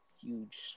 huge